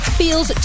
feels